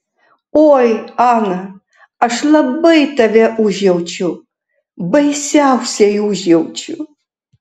oi ana aš labai tave užjaučiu baisiausiai užjaučiu